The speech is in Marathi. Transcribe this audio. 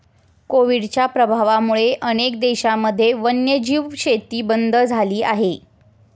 कोविडच्या प्रभावामुळे अनेक देशांमध्ये वन्यजीव शेती बंद झाली आहे